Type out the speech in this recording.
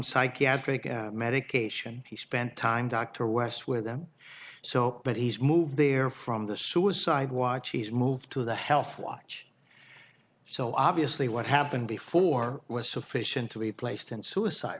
psychiatric medication he's spent time dr west with them so but he's moved there from the suicide watch he's moved to the health watch so obviously what happened before was sufficient to be placed in suicide